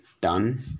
done